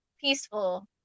peaceful